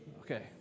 Okay